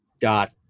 dot